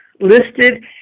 listed